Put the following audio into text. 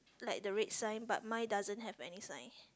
like the red sign but mine doesn't have any sign